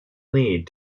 lead